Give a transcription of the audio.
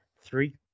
Three